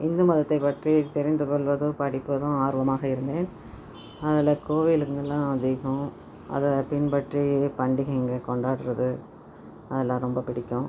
இந்து மதத்தை பற்றி தெரிந்து கொள்வதும் படிப்பதும் ஆர்வமாக இருந்தேன் அதில் கோவில்களும் அதிகம் அதை பின்பற்றி பண்டிகைங்கள் கொண்டாடுறது அதெல்லாம் ரொம்ப பிடிக்கும்